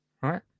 right